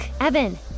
Evan